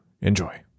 Enjoy